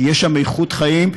כי יש שם איכות חיים.